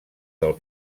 del